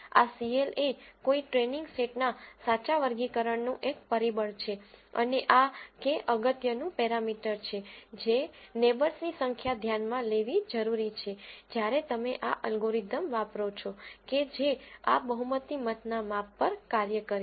આ cl એ કોઈ ટ્રેનીંગ સેટ ના સાચા વર્ગીકરણનું એક પરિબળ છે અને આ k અગત્યનું પેરામીટરparameter છે જે નેબર્સ ની સંખ્યા ધ્યાનમાં લેવી જરૂરી છે જયારે તમે આ અલ્ગોરિધમ વાપરો છો કે જે આ બહુમતી મતના માપ પર કાર્ય કરે છે